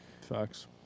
Facts